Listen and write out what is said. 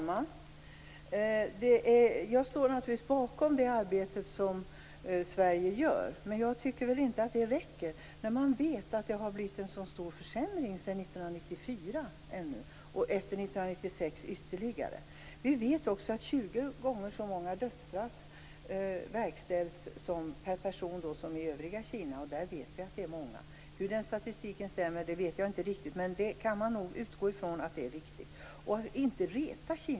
Herr talman! Jag står bakom det arbete som Sverige gör, men jag tycker inte att det räcker, i synnerhet som man vet att det har blivit en stor försämring sedan 1994 och att situationen ytterligare har försämrats efter 1996. I dag verkställs tjugo gånger så många dödsstraff räknat per person som i övriga Kina, och där vet vi ju att det är många. Hur den statistiken stämmer vet jag inte riktigt, men man kan nog utgå ifrån att den är riktig.